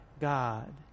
God